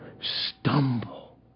stumble